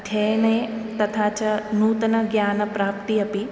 अध्ययने तथा च नूतनज्ञानप्राप्ति अपि